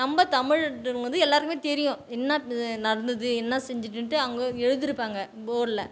நம்ம தமிழ் எல்லோருக்குமே தெரியும் என்ன இது நடந்தது என்ன செஞ்சிடுன்ட்டு அங்கே எழுதியிருப்பாங்க போர்டில்